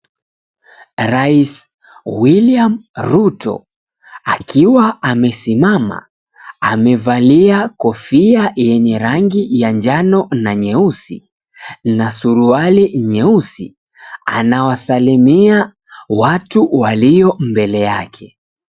Rais William Ruto, akiwa amesimama, amevalia kofia yenye rangi ya njano na nyeusi na suruali nyeusi. Anawasalimia watu walio mbele yake.